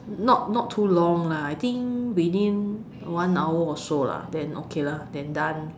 not not too long lah I think within one hour or so then okay lah then done